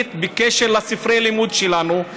ונחליט בקשר לספרי הלימוד שלנו,